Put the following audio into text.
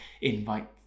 invite